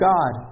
God